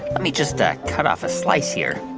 let me just ah cut off a slice here.